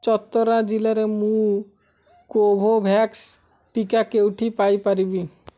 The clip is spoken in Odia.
ଚତରା ଜିଲ୍ଲାରେ ମୁଁ କୋଭୋଭ୍ୟାକ୍ସ୍ ଟିକା କେଉଁଠି ପାଇପାରିବି